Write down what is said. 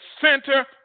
center